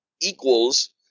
equals